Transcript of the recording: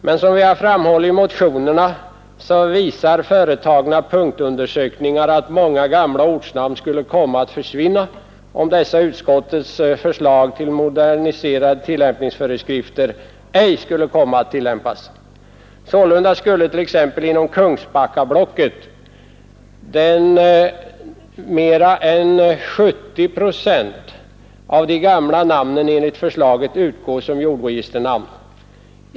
Men som vi har framhållit i motionen visar företagna punktundersökningar att många gamla ortnamn skulle komma att försvinna, om dessa utskottets förslag till modererade tillämpningsföreskrifter ej skulle komma att tillämpas. Sålunda skulle t.ex. inom Kungsbackablocket mer än 70 procent av de gamla namnen enligt förslaget utgå som jordregisternamn.